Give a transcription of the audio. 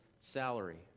salary